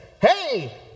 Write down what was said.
Hey